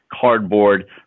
cardboard